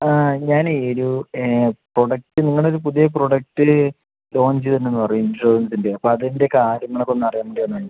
ഞാനെ ഒരു പ്രൊഡക്റ്റ് നിങ്ങളുടെ ഒരു പുതിയ പ്രൊഡക്റ്റില് ലോഞ്ച് വരുന്നെന്ന് പറയ് ഇൻഷുറൻസിൻ്റെ അപ്പം അതിൻ്റെ കാര്യങ്ങൾ ഒക്കെ ഒന്ന് അറിയാൻ വേണ്ടി വന്നതാണ്